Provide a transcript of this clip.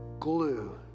Glue